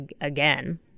again